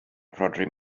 rhodri